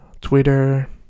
Twitter